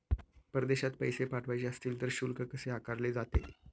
परदेशात पैसे पाठवायचे असतील तर शुल्क कसे आकारले जाते?